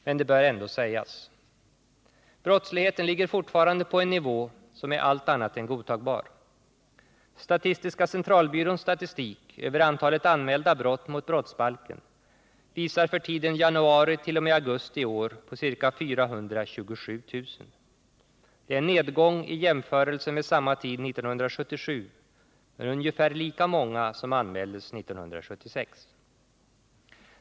Men det bör ändå sägas. Brottsligheten ligger fortfarande på en nivå som är allt annat än godtagbar. Statistiska centralbyråns statistik över antalet anmälda brott mot brottsbalken visar för tiden januari-augusti i år på ca 427 000. Det är en nedgång i jämförelse med samma tid 1977, men ungefär lika många som anmäldes 1976.